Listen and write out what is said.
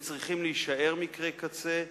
הם צריכים להישאר מקרי קצה,